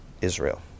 Israel